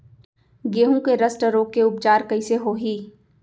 गेहूँ के रस्ट रोग के उपचार कइसे होही?